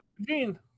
Gene